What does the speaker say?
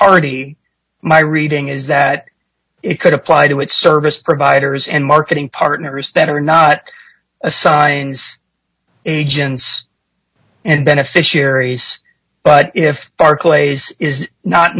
party my reading is that it could apply to its service providers and marketing partners that are not assigned agents and beneficiaries but if barclays is not